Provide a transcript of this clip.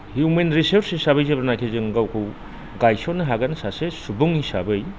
human resources हिसाबै जेब्लानाखि जों गावखौ गायसननो हागोन सासे सुबुं हिसाबै